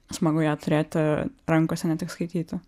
smagu ją turėti rankose ne tik skaityti